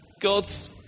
God's